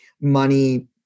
money